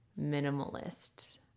minimalist